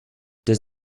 does